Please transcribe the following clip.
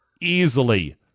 easily